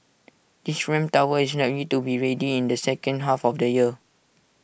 this ramp tower is likely to be ready in the second half of the year